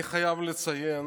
אני חייב לציין